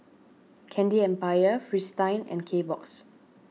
Candy Empire Fristine and Kbox